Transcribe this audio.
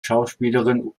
schauspielerin